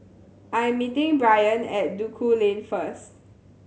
I am meeting Bryant at Duku Lane first